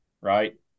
right